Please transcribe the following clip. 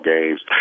games